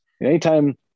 Anytime